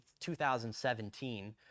2017